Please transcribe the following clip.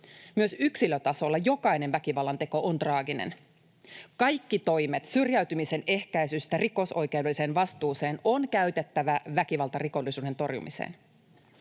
Myös yksilötasolla jokainen väkivallanteko on traaginen. Kaikki toimet syrjäytymisen ehkäisystä rikosoikeudelliseen vastuuseen on käytettävä väkivaltarikollisuuden torjumiseen.